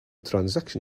transaction